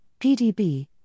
PDB